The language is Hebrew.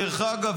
דרך אגב,